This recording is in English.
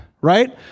right